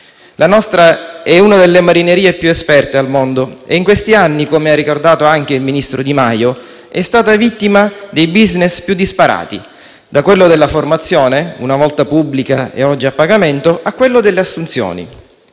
La nostra è una delle marinerie più esperte al mondo e in questi anni - come ha ricordato anche il ministro Di Maio - è stata vittima dei *business* più disparati, da quello della formazione (una volta pubblica e oggi a pagamento) a quello delle assunzioni.